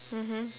mmhmm